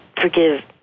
forgive